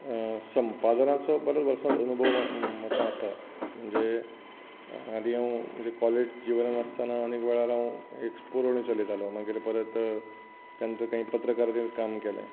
संपादनाचो बऱ्याच वर्सांचो अणभव म्हाका आसा म्हणजे आदी हांव म्हणजे कॉलेज जिवनांत आसताना अनेक वेळार हांव एक स्पुर्ण चलयतालो मागीर परत त्या नंतर काय पत्रकारीतेंत काम केलें